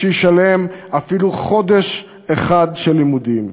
שישלם בשבילם אפילו חודש אחד של לימודים.